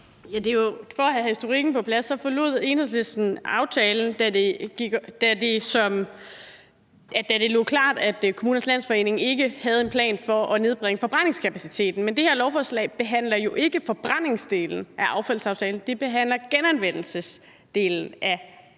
For at have historikken på plads: Enhedslisten forlod aftalen, da det blev klart, at Kommunernes Landsforening ikke havde en plan for at nedbringe forbrændingskapaciteten. Men det her lovforslag behandler jo ikke forbrændingsdelen af affaldsaftalen; det behandler genanvendelsesdelen af affaldsaftalen,